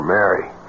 Mary